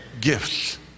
gifts